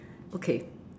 okay